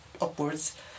upwards